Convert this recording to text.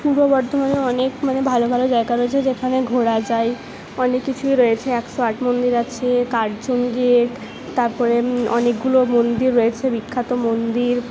পূর্ব বর্ধমানে অনেক মানে ভালো ভালো জায়গা রয়েছে যেখানে ঘোরা যায় অনেক কিছুই রয়েছে একশো আট মন্দির আছে কার্জন গেট তারপরে অনেকগুলো মন্দির রয়েছে বিখ্যাত মন্দির